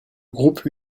groupe